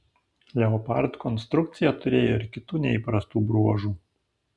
leopard konstrukcija turėjo ir kitų neįprastų bruožų